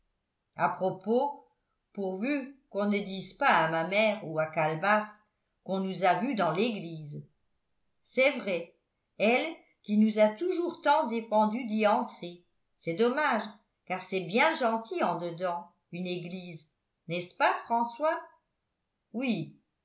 à propos pourvu qu'on ne dise pas à ma mère ou à calebasse qu'on nous a vus dans l'église c'est vrai elle qui nous a toujours tant défendu d'y entrer c'est dommage car c'est bien gentil en dedans une église n'est-ce pas françois oui